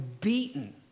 beaten